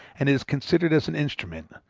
and it is considered as an instrument,